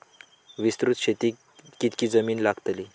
विस्तृत शेतीक कितकी जमीन लागतली?